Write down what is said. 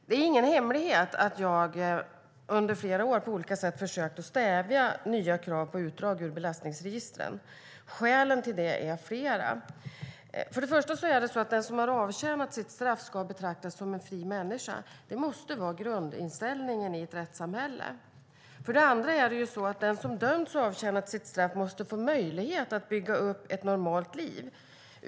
Det är ingen hemlighet att jag under flera år på olika sätt har försökt stävja nya krav på utdrag ur belastningsregistret. Skälen till det är flera. För det första ska den som har avtjänat sitt straff betraktas som en fri människa. Det måste vara grundinställningen i ett rättssamhälle. För det andra måste den som dömts och avtjänat sitt straff få möjlighet att bygga upp ett normalt liv.